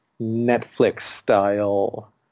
Netflix-style